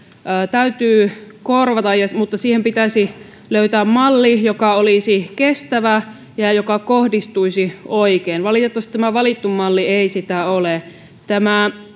täytyy korvata mutta siihen pitäisi löytää malli joka olisi kestävä ja joka kohdistuisi oikein valitettavasti tämä valittu malli ei sitä ole tämä